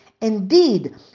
Indeed